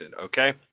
okay